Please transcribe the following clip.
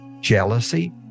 jealousy